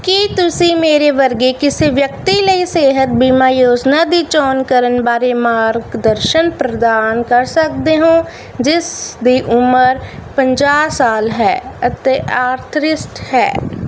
ਕੀ ਤੁਸੀਂ ਮੇਰੇ ਵਰਗੇ ਕਿਸੇ ਵਿਅਕਤੀ ਲਈ ਸਿਹਤ ਬੀਮਾ ਯੋਜਨਾ ਦੀ ਚੋਣ ਕਰਨ ਬਾਰੇ ਮਾਰਗਦਰਸ਼ਨ ਪ੍ਰਦਾਨ ਕਰ ਸਕਦੇ ਹੋ ਜਿਸ ਦੀ ਉਮਰ ਪੰਜਾਹ ਸਾਲ ਹੈ ਅਤੇ ਆਰਥਰੀਟਸ ਹੈ